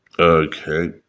Okay